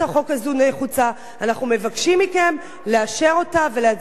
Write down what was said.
אנחנו מבקשים מכם לאשר אותה ולהצביע בקריאה הטרומית,